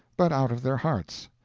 but out of their hearts.